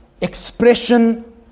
expression